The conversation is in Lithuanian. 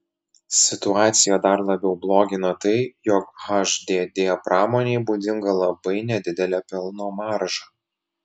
situaciją dar labiau blogina tai jog hdd pramonei būdinga labai nedidelė pelno marža